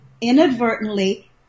inadvertently